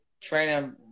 training